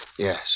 Yes